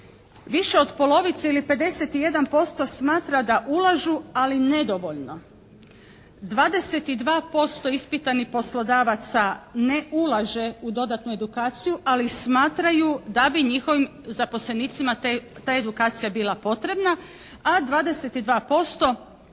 više od polovice ili 51% smatra da ulažu ali nedovoljno. 22% ispitanih poslodavaca ne ulaže u dodatnu edukaciju ali smatraju da bi njihovim zaposlenicima ta edukacija bila potrebna a 22%